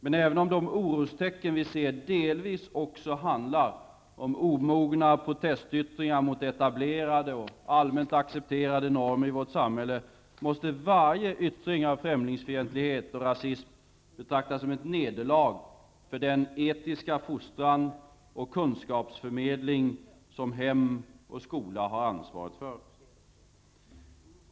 Men även om de orostecken som vi ser delvis också handlar om omogna protestyttringar mot etablerade och allmänt accepterade normer i vårt samhälle, måste varje yttring av främlingsfientlighet och rasism betraktas som ett nederlag för den etiska fostran och för kunskapsförmedling som hem och skola har ansvaret för.